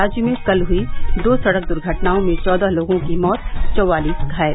राज्य में कल हुई दो सड़क दुर्घटनाओं में चौदह लोगों की मौत चौवालीस घायल